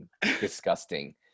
disgusting